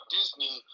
Disney